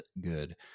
good